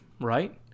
right